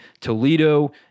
Toledo